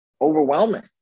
overwhelming